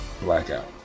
Blackout